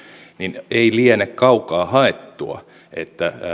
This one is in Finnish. niin ei liene kaukaa haettua että